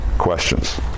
Questions